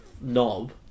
knob